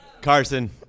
Carson